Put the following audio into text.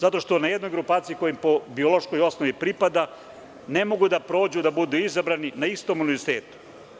Zato što na jednoj grupaciji koja im po biološkoj osnovi pripada ne mogu da prođu i da budu izabrani na istom univerzitetu.